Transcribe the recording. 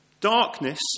Darkness